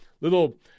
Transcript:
little